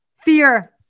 Fear